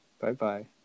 Bye-bye